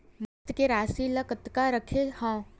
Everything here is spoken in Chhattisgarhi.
मोर किस्त के राशि ल कतका रखे हाव?